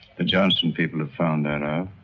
the johnson people have found that ah